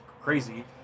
crazy